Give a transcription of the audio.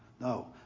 No